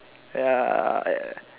ya